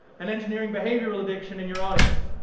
an engineering behavioural addiction in your audience.